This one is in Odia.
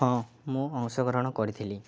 ହଁ ମୁଁ ଅଂଶଗ୍ରହଣ କରିଥିଲି